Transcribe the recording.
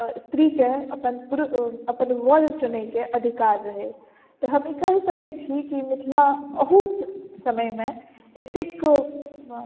अऽ स्त्री केँ अपन पुरुष अपन वर चुनै के अधिकार रहै तऽ हम ई कहि सकै छी कि मिथिला ओहू समय मे एतेक